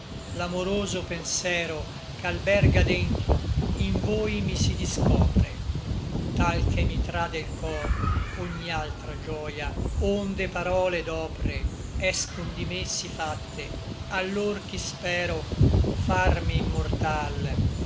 l'amoroso pensero ch'alberga dentro in voi mi si discopre tal che mi tr del cor ogni altra gioia onde parole et opre escon di me sí fatte allor ch'i spero farmi immortal